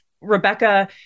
Rebecca